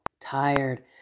tired